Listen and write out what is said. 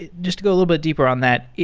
just to go a little bit deeper on that.